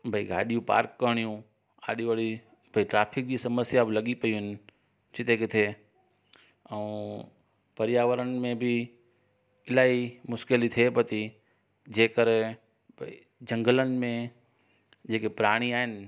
भई ॻाॾियूं पार्क करणियूं गाॾी वरी भई ट्रेफिक जी सम्सया लॻी पियूं आहिनि जिते किथे ऐं पर्यावरण में बि इलाही मुश्किलू थिए पई थी जे कर भई जंगलनि में जेके प्राणी आहिनि